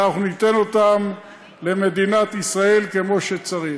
ואנחנו ניתן אותם למדינת ישראל כמו שצריך.